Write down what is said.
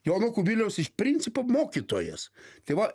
jono kubiliaus iš principo mokytojas tai va